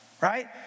Right